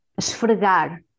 esfregar